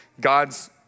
God's